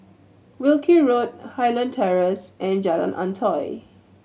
Wilkie Road Highland Terrace and Jalan Antoi